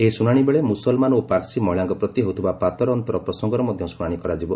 ଏହି ଶୁଣାଣି ବେଳେ ମୁସଲମାନ ଓ ପାର୍ସି ମହିଳାଙ୍କ ପ୍ରତି ହେଉଥିବା ପାତର ଅନ୍ତର ପ୍ରସଙ୍ଗର ମଧ୍ୟ ଶୁଣାଣି କରାଯିବ